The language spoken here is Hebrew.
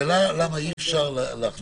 השאלה מה אנחנו מעדיפים.